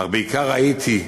אך בעיקר ראיתי,